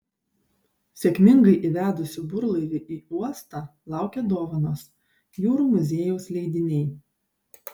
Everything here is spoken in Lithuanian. sėkmingai įvedusių burlaivį į uostą laukia dovanos jūrų muziejaus leidiniai